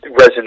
resonate